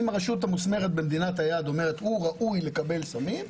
אם הרשות המוסמכת במדינת היעד אומרת שהוא ראוי לקבל סמים,